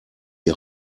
die